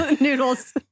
Noodles